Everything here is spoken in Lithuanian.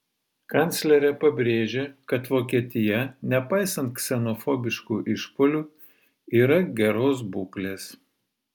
kanclerė pabrėžė kad vokietija nepaisant ksenofobiškų išpuolių yra geros būklės